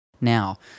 Now